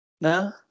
No